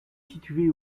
situé